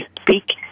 speak